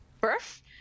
birth